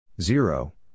Zero